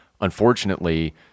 Unfortunately